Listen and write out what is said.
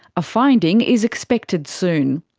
a finding is expected soon.